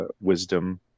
wisdom